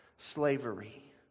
slavery